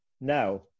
Now